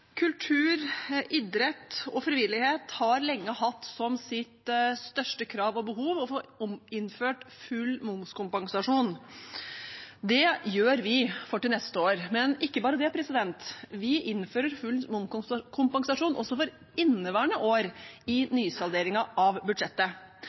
Kultur, idrett og frivillighet har lenge hatt som sitt største krav og behov å få innført full momskompensasjon. Det gjør vi for neste år. Men ikke bare det: Vi innfører full momskompensasjon også for inneværende år, i